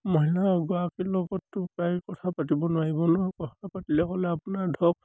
মহিলা এগৰাকীৰ লগততো প্ৰায় কথা পাতিব নোৱাৰিব ন কথা পাতিলে হ'লে আপোনাৰ ধৰক